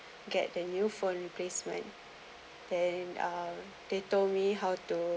get the new phone replacement then they uh told me how to